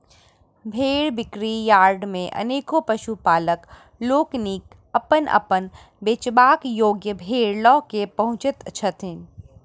भेंड़ बिक्री यार्ड मे अनेको पशुपालक लोकनि अपन अपन बेचबा योग्य भेंड़ ल क पहुँचैत छथि